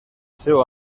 seu